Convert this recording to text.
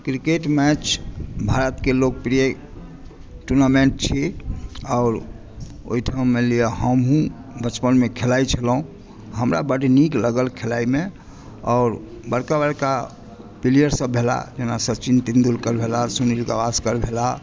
cricket match Bharat के लोकप्रिय tournament छियै और ओहिठाम हमहुँ बचपनमे खेलाइत छलहुँ हमरा बड नीक लागल खेलाइमे आओर बड़का बड़का पिलयर सब भेलाह जेना सचिन तेंदुलकर भेलाह सुनील गावस्कर भेलाह